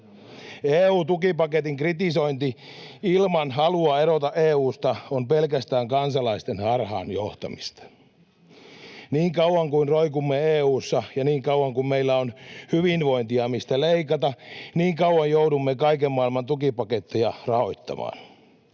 EU-tukipaketin kritisointi ilman halua erota EU:sta on pelkästään kansalaisten harhaanjohtamista. Niin kauan kuin roikumme EU:ssa ja niin kauan kuin meillä on hyvinvointia, mistä leikata, niin kauan joudumme kaiken maailman tukipaketteja rahoittamaan.